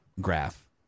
graph